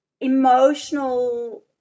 emotional